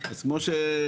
אז כמו שהצגתי,